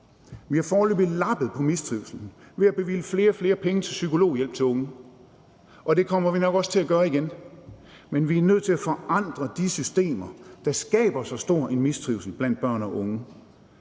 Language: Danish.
Vi har foreløbig lappet på mistrivslen ved at bevilge flere og flere penge til psykologhjælp til unge, og det kommer vi nok også til at gøre igen. Men vi er nødt til at forandre de systemer, der skaber så stor en mistrivsel blandt børn og unge.